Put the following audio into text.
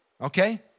okay